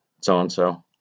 so-and-so